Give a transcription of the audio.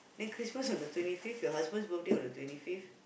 then Christmas on the twenty fifth your husband birthday on the twenty fifth